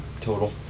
total